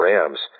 Rams